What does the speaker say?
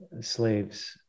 slaves